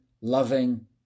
loving